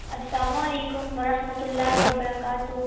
السلام علیکم و رحمۃ اللہ و برکاتہ